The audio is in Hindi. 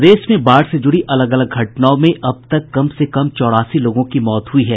प्रदेश में बाढ़ से जुड़ी अलग अलग घटनाओं में अब तक कम से कम चौरासी लोगों की मौत हुई है